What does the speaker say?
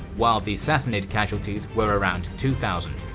while the sassanid casualties were around two thousand.